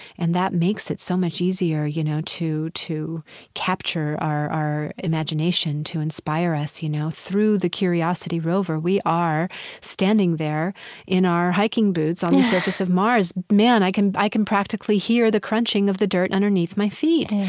and that makes it so much easier, you know, to to capture our our imagination, to inspire us. you know, through the curiosity rover, we are standing there in our hiking boots on the surface of mars. man, i can i can practically hear the crunching of the dirt underneath my feet.